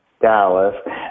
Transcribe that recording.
Dallas